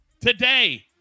today